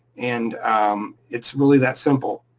and it's really that simple.